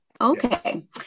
okay